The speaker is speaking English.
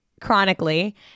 chronically